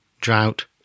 drought